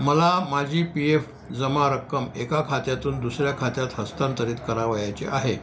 मला माझी P F जमा रक्कम एका खात्यातून दुसऱ्या खात्यात हस्तांतरित करावयाची आहे